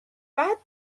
بعد